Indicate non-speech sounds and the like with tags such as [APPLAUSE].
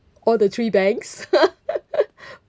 all the three banks [LAUGHS]